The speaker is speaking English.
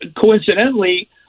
coincidentally